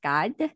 God